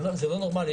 זה לא נורמלי.